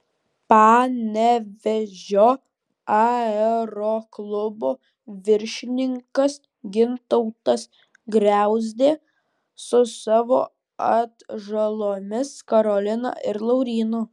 panevėžio aeroklubo viršininkas gintautas griauzdė su savo atžalomis karolina ir laurynu